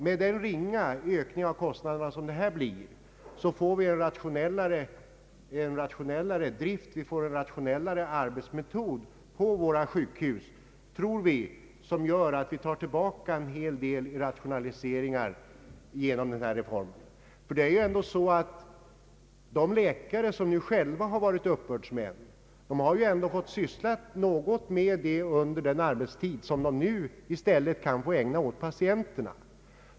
Med den ringa ökning av kostnaderna som det här blir får vi en rationellare drift, en rationellare arbetsmetod på våra sjukhus, vilket gör att vi tar tillbaka en hel del i rationaliseringar. De läkare som nu själva varit uppbördsmän har fått syssla med det arbetet under den arbetstid som de nu i stället kan få ägna åt patienterna.